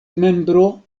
membro